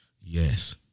Yes